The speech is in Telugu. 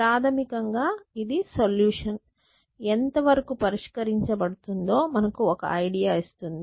ప్రాథమికంగా ఇది సొల్యూషన్ ఎంతవరకు పరిష్కరించబడుతుందో మనకు ఒక ఐడియా ఇస్తుంది